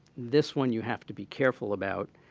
this one, you have to be careful about.